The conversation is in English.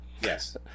Yes